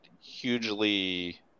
hugely